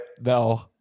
no